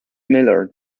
miller